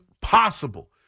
possible